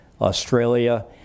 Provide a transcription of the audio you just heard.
Australia